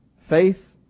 faith